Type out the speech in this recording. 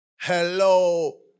Hello